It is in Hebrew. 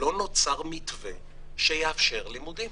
לא נוצר מתווה שיאפשר לימודים